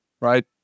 right